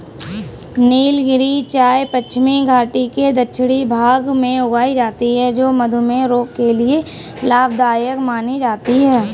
नीलगिरी चाय पश्चिमी घाटी के दक्षिणी भाग में उगाई जाती है जो मधुमेह रोग के लिए लाभदायक मानी जाती है